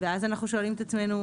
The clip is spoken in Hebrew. ואז אנחנו שואלים את עצמנו,